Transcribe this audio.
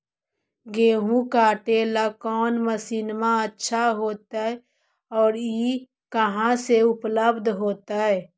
गेहुआ काटेला कौन मशीनमा अच्छा होतई और ई कहा से उपल्ब्ध होतई?